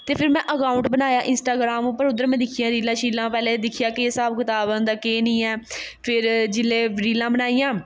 ते फिर मे अकाउंट बनाया इंस्टाग्राम उप्पर उद्धर में दिक्खियां रीलां शीलां पैह्लें दिक्खेआ केह् स्हाब कताब ऐ उं'दा केह् निं ऐ फिर जिल्लै रीलां बनाइयां